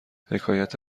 حکایت